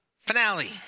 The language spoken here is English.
Finale